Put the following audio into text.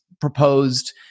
proposed